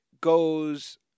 goes